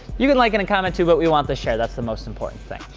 you can like it and comment too, but we want the share. that's the most important thing.